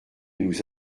nous